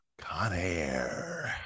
Conair